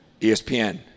ESPN